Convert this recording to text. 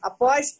Após